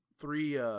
Three